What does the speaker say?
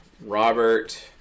Robert